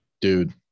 Dude